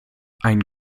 ein